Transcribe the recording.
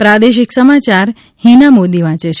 પ્રાદેશિક સમાચાર હિના મોદી વાંચે છે